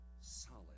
solid